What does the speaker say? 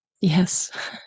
yes